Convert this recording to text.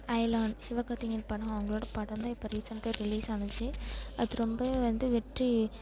அயலான் சிவகார்த்திகேயன் படம் அவங்களோட படந்தான் இப்போ ரீசெண்டாக ரிலீஸ் ஆணுச்சு அது ரொம்பவே வந்து வெற்றி